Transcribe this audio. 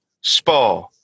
Spa